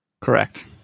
Correct